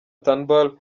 turnbull